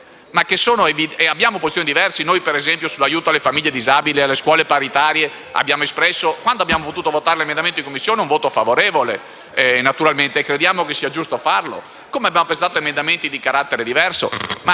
dalle mie. Abbiamo posizioni diverse; ad esempio, noi sull'aiuto alle famiglie dei disabili e alle scuole paritarie abbiamo espresso, quando abbiamo potuto votare l'emendamento in Commissione, un voto favorevole. Naturalmente crediamo che sia giusto farlo. Allo stesso modo abbiamo presentato emendamenti di carattere diverso.